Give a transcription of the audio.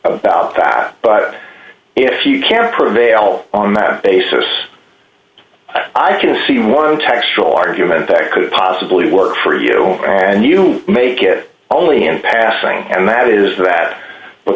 council about that but if you can't prevail on that basis i can see one textual argument could possibly work for you and you make it only in passing and that is that